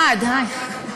שישה בעד, די.